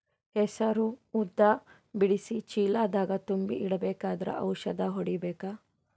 ಹೆಸರು ಉದ್ದ ಬಿಡಿಸಿ ಚೀಲ ದಾಗ್ ತುಂಬಿ ಇಡ್ಬೇಕಾದ್ರ ಔಷದ ಹೊಡಿಬೇಕ?